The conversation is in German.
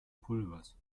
pulvers